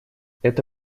это